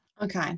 Okay